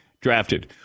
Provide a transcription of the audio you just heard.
drafted